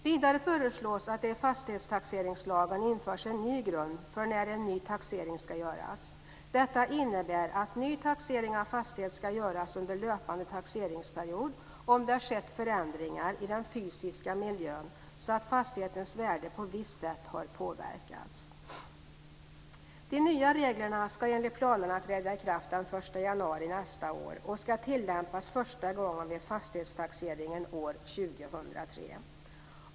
Vidare föreslås att det i fastighetstaxeringslagen införs en ny grund för när en ny taxering ska göras. Detta innebär att ny taxering av fastighet ska göras under löpande taxeringsperiod om det skett förändringar i den fysiska miljön så att fastighetens värde på visst sätt har påverkats. De nya reglerna ska enligt planerna träda i kraft den 1 januari nästa år och ska tillämpas första gången vid fastighetstaxeringen år 2003.